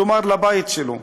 כלומר לבית שלו.